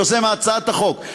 יוזם הצעת החוק,